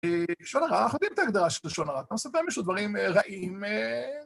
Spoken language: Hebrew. מה קורה אח שלי היקר